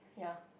ya